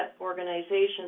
organizations